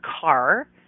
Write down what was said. car